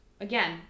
again